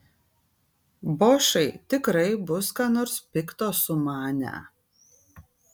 bošai tikrai bus ką nors pikto sumanę